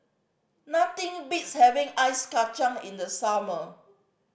nothing beats having ice kacang in the summer